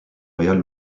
real